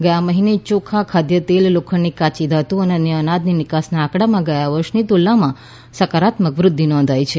ગયા મહીને ચોખા ખાદ્યતેલ લોખંડની કાચી ધાતુ અને અન્ય અનાજની નિકાસના આંકડામાં ગયા વર્ષની તુલનામાં સકારાત્મક વૃદ્ધિ નોંધાઈ છે